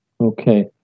okay